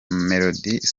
mamelodi